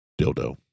Dildo